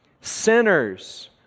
sinners